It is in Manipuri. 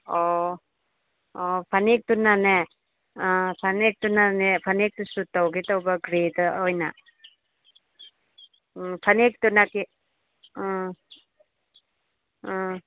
ꯑꯣ ꯑꯣ ꯐꯅꯦꯛꯇꯨꯅꯅꯦ ꯐꯅꯦꯛꯇꯨꯅꯅꯦ ꯐꯅꯦꯛꯇꯨ ꯁꯨꯠ ꯇꯧꯒꯦ ꯇꯧꯕ ꯒ꯭ꯔꯦꯗ ꯑꯣꯏꯅ ꯎꯝ ꯐꯅꯦꯛꯇꯨꯅ ꯎꯝ ꯎꯝ